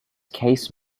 case